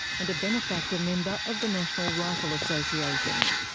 and a benefactor member of the national rifle association.